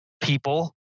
people